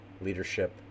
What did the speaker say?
leadership